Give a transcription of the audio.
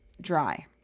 dry